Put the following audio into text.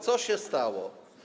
Co się stało?